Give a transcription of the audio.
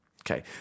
Okay